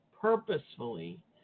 purposefully